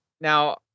now